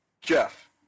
Jeff